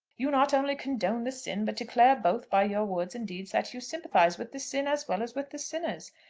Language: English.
you not only condone the sin, but declare both by your words and deeds that you sympathise with the sin as well as with the sinners.